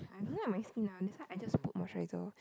I don't like my skin ah that's why I just put moisturiser